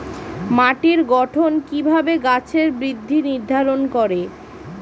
মাটির গঠন কিভাবে গাছের বৃদ্ধি নির্ধারণ করে?